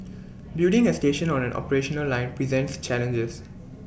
building A station on an operational line presents challenges